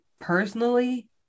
personally